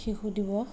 শিশু দিৱস